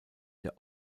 der